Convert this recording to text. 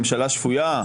ממשלה שפויה,